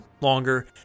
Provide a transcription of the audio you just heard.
longer